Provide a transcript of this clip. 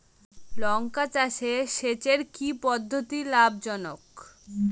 লঙ্কা চাষে সেচের কি পদ্ধতি লাভ জনক?